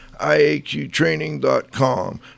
iaqtraining.com